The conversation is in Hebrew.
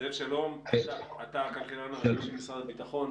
אתה הכלכלן הראשי במשרד הביטחון,